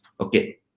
okay